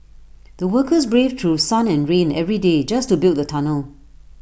the workers braved through sun and rain every day just to build the tunnel